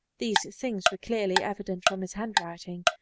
these things were clearly evident from his handwriting,